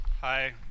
Hi